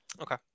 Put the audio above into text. Okay